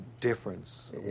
difference